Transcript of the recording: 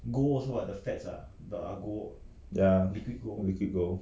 ya liquid gold